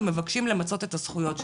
ומבקשים למצות את הזכויות שלהם?